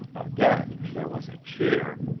again there was a cheer,